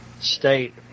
state